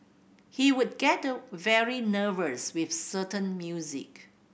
he would get very nervous with certain music